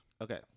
Okay